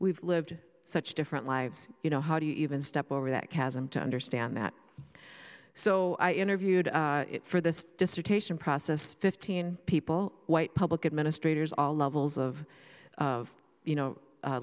we've lived such different lives you know how do you even step over that chasm to understand that so i interviewed for this dissertation process fifteen people white public administrators all levels of you know